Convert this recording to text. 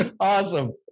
awesome